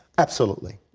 absolutely.